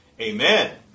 Amen